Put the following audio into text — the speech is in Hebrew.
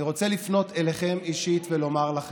אני רוצה לפנות אליכם אישית ולומר לכם,